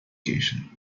education